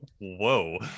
whoa